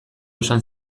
esan